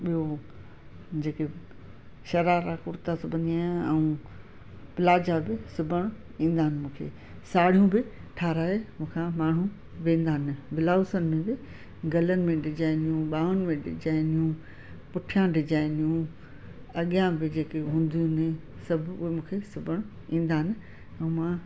ॿियो जेके शरारा कुर्ता सिबंदी आहियां ऐं प्लाजा बि सिबण ईंदा आहिनि मूंखे साड़ियूं बि ठहाराए मूंखां माण्हू वेंदा आहिनि ब्लाउज समेत गलन में डिजाइनियूं बाहुनि में डिजाइनियूं पुठिया डिजाइनियूं अॻियां बि जेके हूंदियूं आहिनि सब वो मूंखे सिबण ईंदा आहिनि ऐं मां